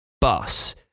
bus